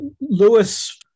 Lewis